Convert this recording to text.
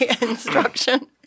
instruction